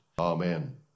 Amen